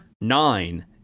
nine